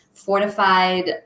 fortified